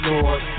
Lord